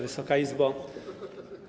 Wysoka Izbo!